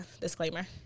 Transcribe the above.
disclaimer